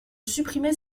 supprimer